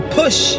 push